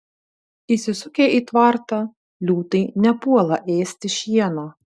įsisukę į tvartą liūtai nepuola ėsti šieno